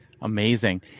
Amazing